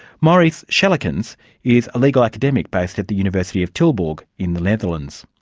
maurice schellekens is a legal academic based at the university of tilburg in the netherlands.